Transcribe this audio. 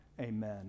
Amen